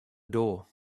door